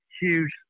huge